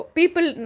People